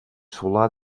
solar